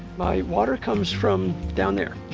my water comes from down there.